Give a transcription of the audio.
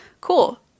Cool